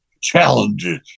challenges